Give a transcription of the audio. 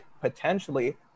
potentially